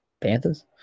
Panthers